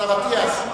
השר אטיאס,